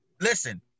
Listen